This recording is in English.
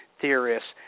theorists